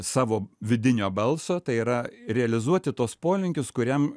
savo vidinio balso tai yra realizuoti tuos polinkius kuriam